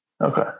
Okay